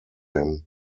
him